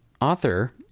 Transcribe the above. author